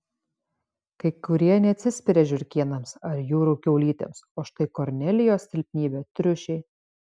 kai kurie neatsispiria žiurkėnams ar jūrų kiaulytėms o štai kornelijos silpnybė triušiai